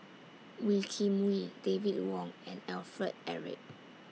Wee Kim Wee David Wong and Alfred Eric